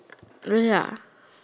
really ah